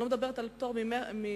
אני לא מדברת על פטור ממע"מ,